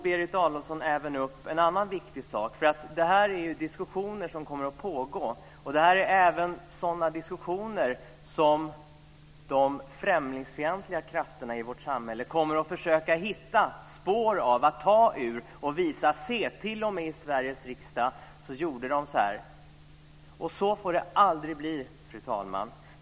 Berit Adolfsson tog även upp en annan viktig sak. Det här är ju diskussioner som kommer att pågå. Det är även sådana diskussioner som de främlingsfientliga krafterna i vårt samhälle kommer att föröka hitta spår av och ta ur för att visa: Se! Till och med i Sveriges riksdag gjorde de så här. Så får det aldrig bli, fru talman.